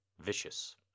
vicious